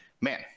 Man